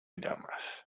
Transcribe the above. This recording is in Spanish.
llamas